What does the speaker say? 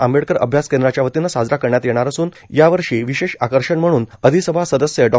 आंबेडकर अभ्यास केन्द्राच्यावतीन साजरा करण्यात येणार असून यावर्षी विशेष आकर्षण म्हणून अधिसभा सदस्य डॉ